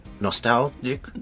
nostalgic